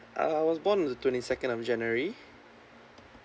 uh I was born on the twenty second of january